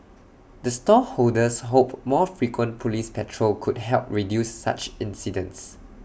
the stall holders hope more frequent Police patrol could help reduce such incidents